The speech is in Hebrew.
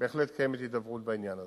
בהחלט קיימת הידברות בעניין הזה.